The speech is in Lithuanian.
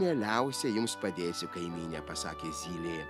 mieliausiai jums padėsiu kaimyne pasakė zylė